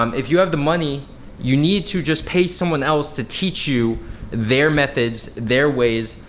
um if you have the money you need to just pay someone else to teach you their methods, their ways,